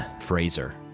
Fraser